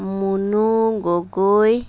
Munu Gogoi